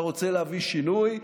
אתה רוצה להביא שינוי,